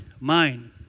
mind